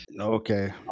Okay